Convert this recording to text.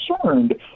concerned